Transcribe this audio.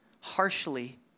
harshly